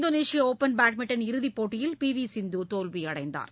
இந்தோனேஷிய open badminton இறுதிப்போட்டியில் பி வி சிந்து தோல்வியடைந்தார்